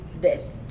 death